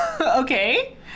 Okay